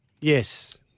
Yes